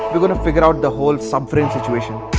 we're gonna figure out the whole subframe situation.